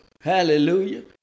Hallelujah